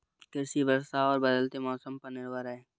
कृषि वर्षा और बदलते मौसम पर निर्भर है